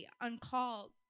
uncalled